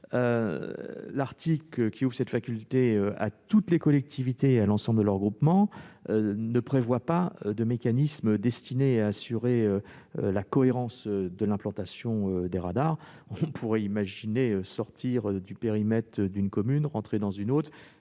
L'article qui ouvre cette faculté à toutes les collectivités et à l'ensemble de leurs groupements ne prévoit notamment pas de mécanisme destiné à assurer la cohérence de l'implantation des radars. On pourrait imaginer qu'un conducteur sortant du périmètre d'une commune et entrant dans une autre